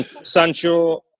Sancho